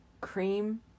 cream